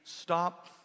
stop